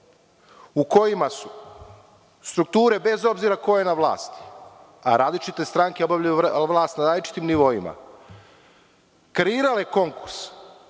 u kojima su strukture, bez obzira ko je na vlasti, a različite stranke obavljaju vlast na različitim nivoima, kreirale konkurs